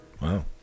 Wow